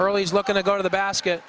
early is looking to go to the basket